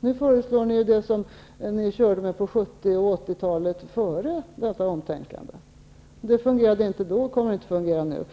Nu föreslår ni det som ni körde med på 70 och 80-talet, före detta omtänkande. Det fungerade inte då och kommer inte att fungera nu.